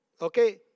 okay